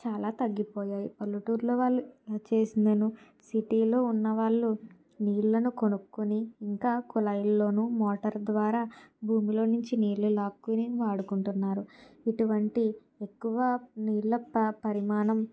చాలా తగ్గిపోయాయి పల్లెటూరులో వాళ్ళు వచ్చేసి నేను సిటీలో ఉన్న వాళ్ళు నీళ్ళను కొనుక్కుని ఇంకా కుళాయిల్లోనూ మోటార్ ద్వారా భూమిలో నుంచి నీళ్ళు లాక్కుని వాడుకుంటున్నారు ఇటువంటి ఎక్కువ నీళ్ళ ప పరిమాణం